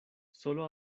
sólo